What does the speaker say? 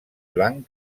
blanc